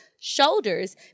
shoulders